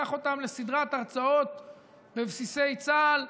קח אותם לסדרת הרצאות בבסיסי צה"ל,